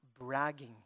bragging